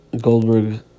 Goldberg